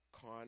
Con